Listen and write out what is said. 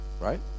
right